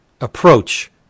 approach